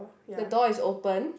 the door is open